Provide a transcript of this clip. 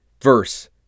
verse